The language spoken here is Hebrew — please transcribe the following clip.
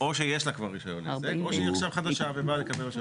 או שיש לה כבר רישיון עסק או שהיא עכשיו חדשה ובאה לקבל רישיון.